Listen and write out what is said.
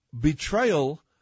betrayal